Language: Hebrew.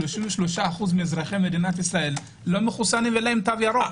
33% מאזרחי מדינת ישראל לא מחוסנים ואין להם תו ירוק.